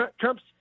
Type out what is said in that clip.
Trump's